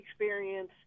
experience